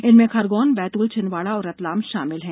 इनमें खरगोन बैतूल छिंदवाड़ा और रतलाम शामिल हैं